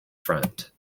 front